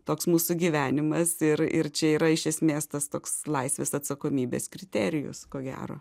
toks mūsų gyvenimas ir ir čia yra iš esmės tas toks laisvės atsakomybės kriterijus ko gero